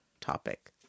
topic